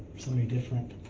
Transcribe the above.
somebody different.